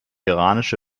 iranische